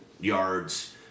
yards